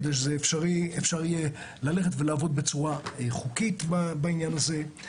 כדי שאפשר יהיה לעבוד בצורה חוקית בעניין הזה.